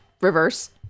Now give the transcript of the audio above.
reverse